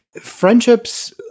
friendships